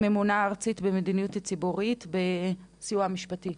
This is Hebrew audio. הממונה הארצית במדיניות הציבורית בסיוע המשפטי.